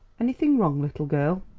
anything wrong, little girl?